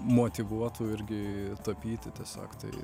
motyvuotų irgi tapyti tiesiog tai